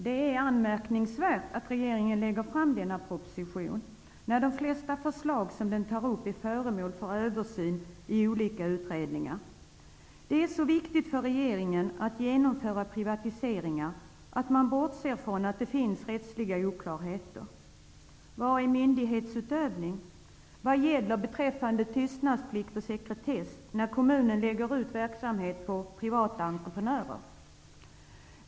Det är anmärkningsvärt att regeringen lägger fram denna proposition när de flesta förslag som den tar upp är föremål för översyn i olika utredningar. Det är så viktigt för regeringen att genomföra privatiseringar att man bortser från att det finns rättsliga oklarheter. Vad är myndighetsutövning? Vad gäller beträffande tystnadsplikt och sekretess när kommunen lägger ut verksamhet på privata entreprenörer?